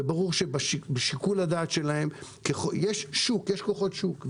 וברור שבשיקול הדעת שלהם יש כוחות שוק,